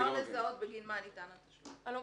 קיבלתי את זה?